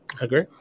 agree